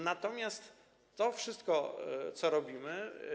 Natomiast to wszystko, co robimy.